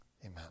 Amen